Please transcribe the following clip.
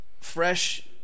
fresh